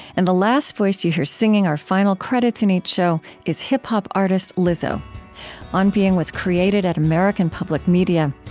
and the last voice that you hear singing our final credits in each show is hip-hop artist lizzo on being was created at american public media.